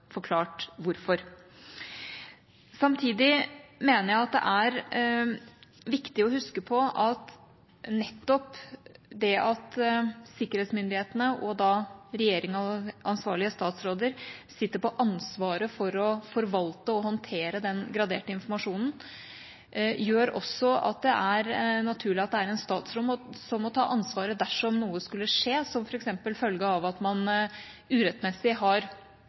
forklart hvorfor. Samtidig mener jeg det er viktig å huske på at nettopp det at sikkerhetsmyndighetene, regjering og ansvarlige statsråder sitter på ansvaret for å forvalte og håndtere den graderte informasjonen, gjør at det er naturlig at det er en statsråd som må ta ansvaret dersom noe skulle skje, f.eks. som følge av at man urettmessig har